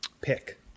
pick